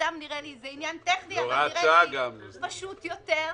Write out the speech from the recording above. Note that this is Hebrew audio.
זה עניין טכני אבל זה נראה לי פשוט יותר.